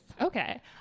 Okay